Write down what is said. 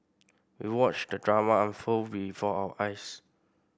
we watched the drama unfold before our eyes